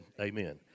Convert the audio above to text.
amen